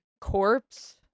corpse